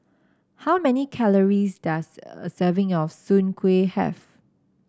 how many calories does a serving of Soon Kueh have